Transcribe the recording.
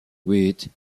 huit